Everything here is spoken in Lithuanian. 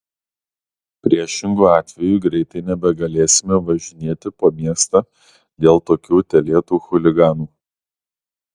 priešingu atveju greitai nebegalėsime važinėti po miestą dėl tokių utėlėtų chuliganų